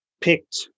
picked